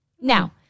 Now